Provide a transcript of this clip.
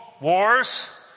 wars